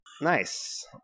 Nice